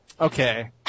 Okay